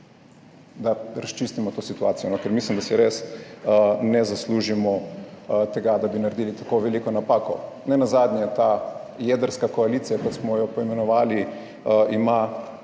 da razčistimo to situacijo. Ker mislim, da si res ne zaslužimo tega, da bi naredili tako veliko napako. Nenazadnje ima ta jedrska koalicija, kot smo jo poimenovali, 83